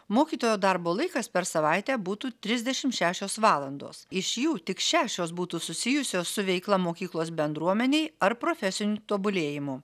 mokytojo darbo laikas per savaitę būtų trisdešimt šešios valandos iš jų tik šešios būtų susijusios su veikla mokyklos bendruomenei ar profesiniu tobulėjimu